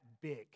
big